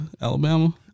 Alabama